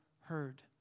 heard